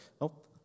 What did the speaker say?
Nope